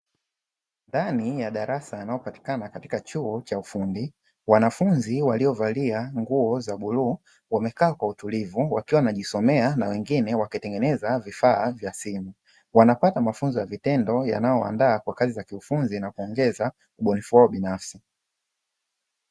Ndani ya madarasa yanayopatikana katika chuo cha ufundi, wanafunzi waliovalia nguo za bluu wamekaa kwa utulivu wakiwa wanajisomea na wengine wakitengeneza vifaa vya simu. Wanapata mafunzo ya vitendo yanaowaandaa kwa kazi ya kiufundi na kuongeza ubunifu binafsi.